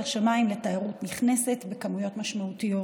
השמיים לתיירות נכנסת במספרים משמעותיים.